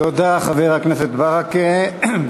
תודה, חבר הכנסת ברכה.